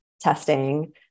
testing